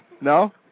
No